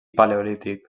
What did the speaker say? paleolític